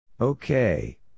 Okay